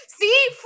See